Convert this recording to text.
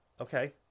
Okay